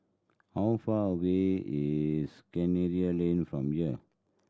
how far away is Kinara Lane from here